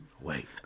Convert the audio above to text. wait